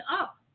up